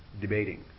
debating